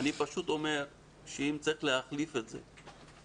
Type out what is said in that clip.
אני פשוט אומר שאם צריך להחליף את המסכה,